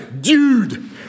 dude